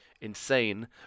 insane